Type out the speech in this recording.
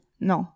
non